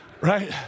right